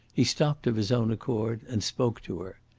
he stopped of his own accord and spoke to her.